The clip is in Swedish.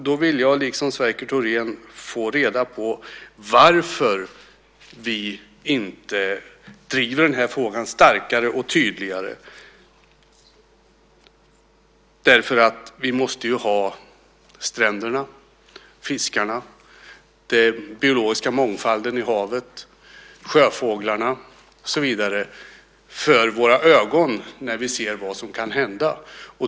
Då vill jag, liksom Sverker Thorén, få reda på varför vi inte driver den här frågan starkare och tydligare. Vi måste ju ha stränderna, fiskarna, den biologiska mångfalden i havet, sjöfåglarna och så vidare för våra ögon när vi ser vad som kan hända.